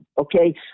okay